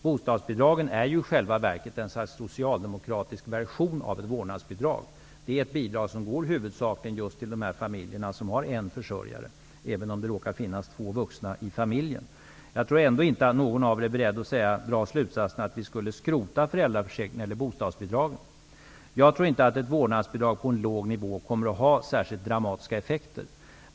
Bostadsbidragen är i själva verket en socialdemokratisk version av ett vårdnadsbidrag. Det är ett bidrag som huvudsakligen går till de familjer som har en försörjare, även om det råkar finnas två vuxna i familjen. Jag tror ändå inte att någon av er är beredd att dra slutsatsen att vi skulle skrota föräldraförsäkringen eller bostadsbidragen. Jag tror inte att ett vårdnadsbidrag på en låg nivå kommer att ha särskilt dramatiska effekter.